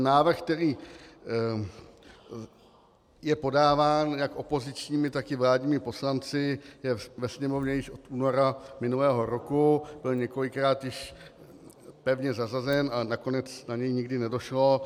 Návrh, který je podáván jak opozičními, tak i vládními poslanci, je ve Sněmovně již od února minulého roku, byl několikrát již pevně zařazen a nakonec na něj nikdy nedošlo.